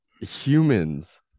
humans